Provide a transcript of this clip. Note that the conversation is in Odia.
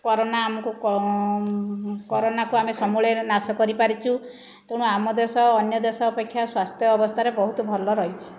କୋରନା ଆମକୁ କମ୍ କୋରନାକୁ ଆମେ ସମୂଳରେ ନାଶ କରିପାରିଛୁ ତେଣୁ ଆମ ଦେଶ ଅନ୍ୟ ଦେଶ ଅପେକ୍ଷା ସ୍ବାସ୍ଥ୍ୟ ଅବସ୍ଥାରେ ବହୁତ ଭଲ ରହିଛି